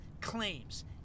claims